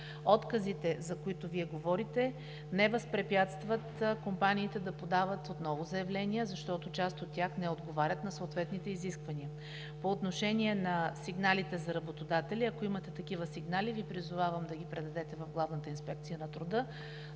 Отказите, за които Вие говорите, не възпрепятстват компаниите да подават отново заявления, защото част от тях не отговарят на съответните изисквания. По отношение на сигналите за работодатели. Ако имате такива сигнали, Ви призовавам да ги предадете в Главната инспекция на труда.